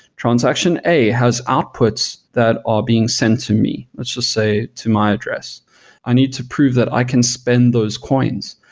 transaction a has outputs that are being sent to me let's just say to my address i need to prove that i can spend those coins.